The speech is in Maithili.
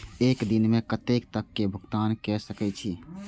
एक दिन में कतेक तक भुगतान कै सके छी